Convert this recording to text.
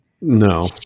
No